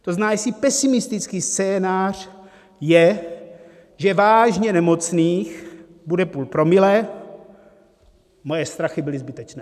To znamená, jestli pesimistický scénář je, že vážně nemocných bude půl promile, moje strachy byly zbytečné.